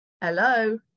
hello